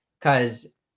Cause